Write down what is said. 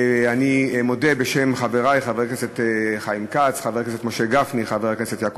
אני מודה בשם חברי חבר הכנסת חיים כץ,